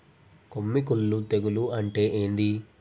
కొమ్మి కుల్లు తెగులు అంటే ఏంది?